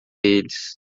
eles